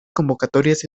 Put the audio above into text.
convocatorias